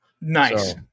Nice